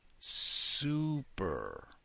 super